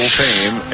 fame